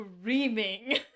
screaming